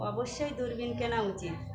অবশ্যই দূরবীন কেনা উচিত